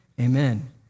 Amen